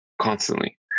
constantly